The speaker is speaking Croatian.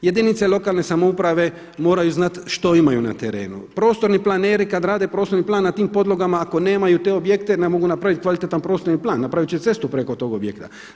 Jedinice lokalne samouprave moraju znati što imaju na terenu, prostorni planeri kad rade prostorni plan na tim podlogama ako nemaju te objekte ne mogu napraviti kvalitetan prostorni plan, napravit će cestu preko tog objekta.